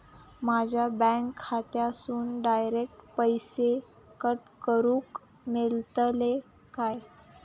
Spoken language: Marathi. माझ्या बँक खात्यासून डायरेक्ट पैसे कट करूक मेलतले काय?